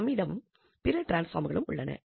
நம்மிடம் பிற டிரான்ஸ்பாம்களும் உள்ளன